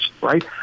right